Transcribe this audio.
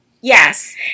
Yes